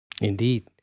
Indeed